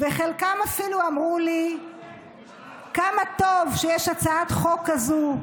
וחלקם אפילו אמרו לי כמה טוב שיש הצעת חוק כזאת,